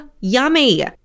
yummy